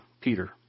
Peter